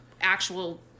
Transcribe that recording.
actual